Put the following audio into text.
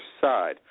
side